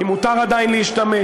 אם מותר עדיין להשתמש